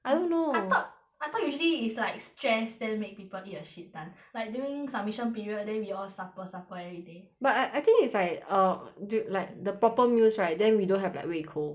I don't know I thought I thought usually is like stress that make people eat a shit ton like during submission period then we all supper supper everyday but I I think it's like err du~ like the proper meals right then we don't have like 胃口